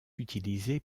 utilisé